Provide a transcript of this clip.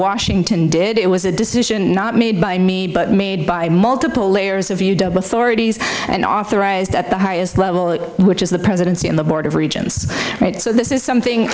washington did it was a decision not made by me but made by multiple layers of you double story and authorized at the highest level which is the presidency and the board of regions so this is something